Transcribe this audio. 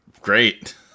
Great